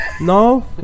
No